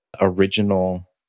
original